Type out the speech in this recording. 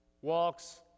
walks